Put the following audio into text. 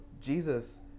Jesus